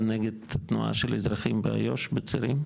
ועל סדר הכוחות כרגע שיש ביהודה ושומרון,